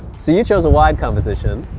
so you chose a wide composition,